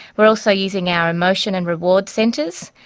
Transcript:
are also using our emotion and reward centres,